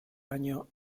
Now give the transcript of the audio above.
año